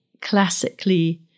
classically